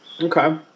Okay